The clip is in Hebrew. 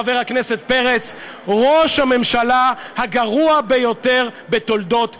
חבר הכנסת פרץ: ראש הממשלה הגרוע ביותר בתולדות ישראל.